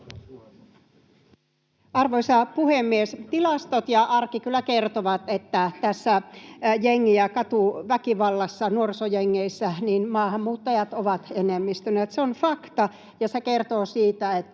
Arvoisa puhemies! Tilastot ja arki kyllä kertovat, että tässä jengi- ja katuväkivallassa, nuorisojengeissä, maahanmuuttajat ovat enemmistönä. Se on fakta, ja se kertoo siitä, että